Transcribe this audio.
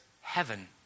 heaven